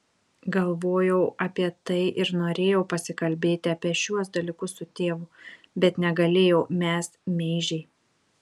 galvojau apie tai ir norėjau pasikalbėti apie šiuos dalykus su tėvu bet negalėjau mes meižiai